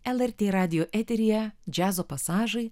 lrt radijo eteryje džiazo pasažai